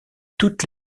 toutes